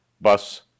bus